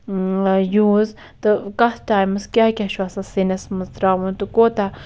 use تہٕ کتھ times کیٛاہ کیٛاہ چھُ آسان سِنِس مَنٛز ترٛاوُن تہٕ کوتاہ